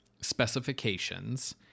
Specifications